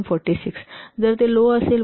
46 जर ते लो असेल 1